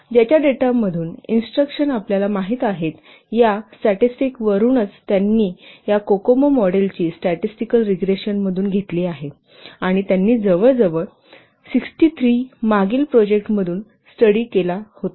ज्याच्या डेटा मधून इंस्ट्रक्शन आपल्याला माहित आहेत या स्टॅटेस्टिक वरूनच त्यांनी या कोकोमो मॉडेलची स्टॅटेस्टिकल रीग्रेशन मधून घेतली आहे आणि त्यांनी जवळजवळ 63 मागील प्रोजेक्ट मधून स्टडी केला होता